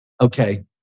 Okay